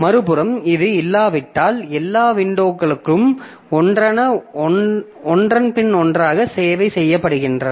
மறுபுறம் இது இல்லாவிட்டால் எல்லா வின்டோக்களும் ஒன்றன் பின் ஒன்றாக சேவை செய்யப்படுகின்றன